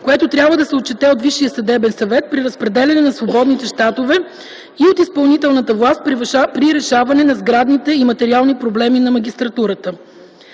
което трябва да се отчете от Висшия съдебен съвет при разпределяне на свободните щатове и от изпълнителната власт - при решаване на сградните и материални проблеми на магистратурата.